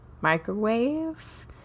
microwave